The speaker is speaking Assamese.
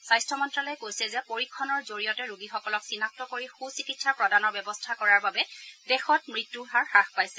স্বাস্থ্য মন্ত্যালয়ে কৈছে যে পৰীক্ষণৰ জৰিয়তে ৰোগীসকলক চিনাক্ত কৰি সুচিকিৎসা প্ৰদানৰ ব্যৱস্থা কৰাৰ বাবে দেশত মৃত্যূৰ হাৰ হ্ৰাস পাইছে